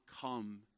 come